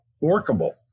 workable